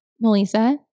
Melissa